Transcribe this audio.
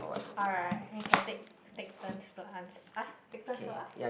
alright you can take take turns to ans~ !ah! take turns to !ah!